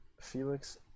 Felix